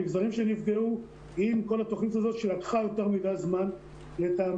המגזרים שנפגעו עם כל התכנית הזאת שלקחה יותר מדיי זמן לטעמי.